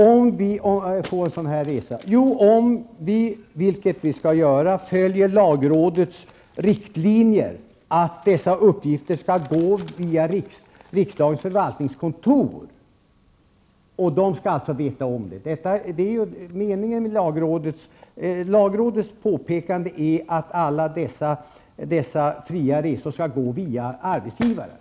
Om vi, vilket vi naturligtvis skall göra, följer lagrådets riktlinjer skall uppgifter om dessa gå via rikdagens förvaltningskontor. Kontoret skall alltså veta om dem. Lagrådets påpekande är ju att alla sådana fria resor skall gå via arbetsgivaren.